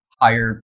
higher